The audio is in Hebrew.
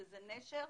שזה נשר,